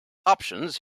options